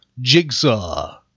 Jigsaw